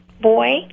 boy